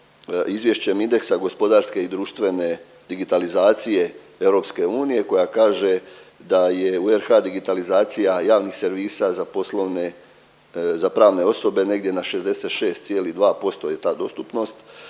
izvješćem indeksa gospodarske i društvene digitalizacije EU koja kaže da je u RH digitalizacija javnih servisa za poslovne, za pravne osobe negdje na 66,2% je ta dostupnost